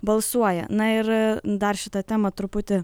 balsuoja na ir dar šitą temą truputį